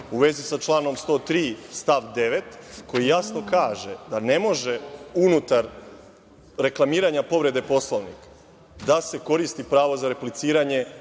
vezi sa članom 103. stav 9. koji jasno kaže da ne može unutar reklamiranja povrede Poslovnika da se koristi pravo za repliciranje